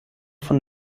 von